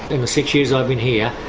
in the six years i've been here,